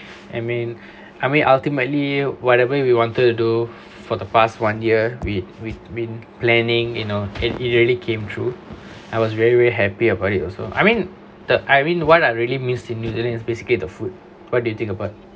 I mean I mean ultimately whatever we wanted to do for the past one year we we've been planning you know and it really came through I was very very happy about it also I mean the irene one I really missed in new zealand is basically the food what do you think about